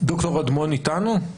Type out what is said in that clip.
ד"ר אגמון עוד איתנו?